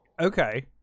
okay